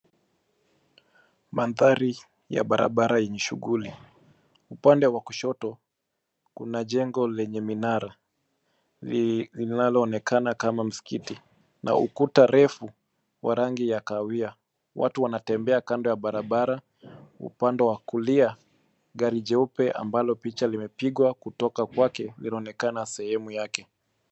Mandhari ya barabara yenye shughuli. Upande wa kushoto kuna jengo lenye minara linaloonekana kama msikiti na ukuta refu wa rangi ya kahawia. Watu wanaotembea kando ya barabara. Upande wa kulia, gari jeupe ambalo picha limepigwa kutoka kwake inaonekana sehemu yake.